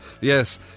yes